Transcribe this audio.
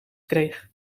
kreeg